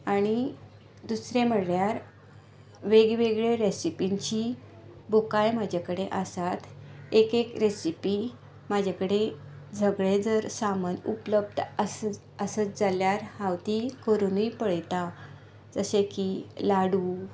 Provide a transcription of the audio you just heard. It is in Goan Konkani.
आनी दुसरें म्हणल्यार वेगवेगळे रेसिपींचीं बुकांय म्हजे कडेन आसात एक एक रेसिपी म्हजे कडेन सगलें जर सामान उपलब्द आसत आसत जाल्यार हांव ती करुनूय पळयता जशें की लाडू